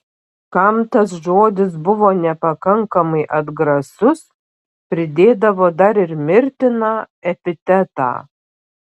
kam tas žodis buvo nepakankamai atgrasus pridėdavo dar ir mirtiną epitetą